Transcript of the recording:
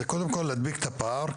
זה קודם כל להדביק את הפער,